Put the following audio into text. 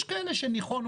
יש כאלה שנחנו